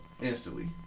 Instantly